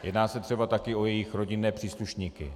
Jedná se třeba taky o jejich rodinné příslušníky.